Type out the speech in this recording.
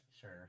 Sure